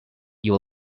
you